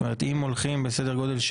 זאת אומרת אם הולכים בסדר גודל,